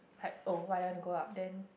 like oh why you want to go up then